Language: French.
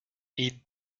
ils